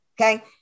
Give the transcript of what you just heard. okay